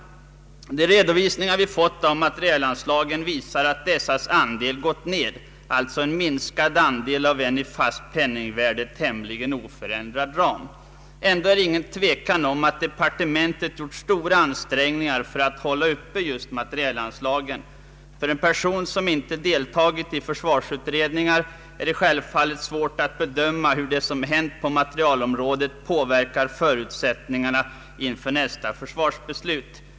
De redovisningar som vi har fått av materielanslagen visar att deras andel har gått ned, alltså en minskad andel av en i fast penningvärde tämligen oförändrad ram. Ändå är det ingen tvekan om att departementet har gjort stora ansträngningar för att hålla just materielanslagen uppe. För en person som inte har deltagit i försvarsutredningar kan det självfallet vara svårt att bedöma hur det som hänt på materielområdet påverkar förutsättning arna inför nästa försvarsbeslut.